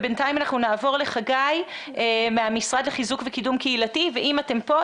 ובינתיים נעבור לחגי מהמשרד לחיזוק וקידום קהילתי ואם אתם פה,